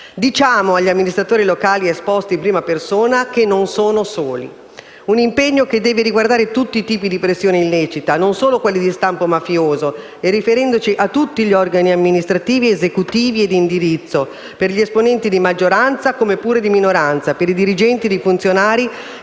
Diciamo agli amministratori locali esposti in prima persona che non sono soli. Si tratta di un impegno che deve riguardare tutti i tipi di pressione illecita, non solo quelle di stampo mafioso, riferendoci a tutti gli organi amministrativi, esecutivi e di indirizzo, per gli esponenti di maggioranza come pure di minoranza, per i dirigenti e i funzionari